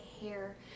hair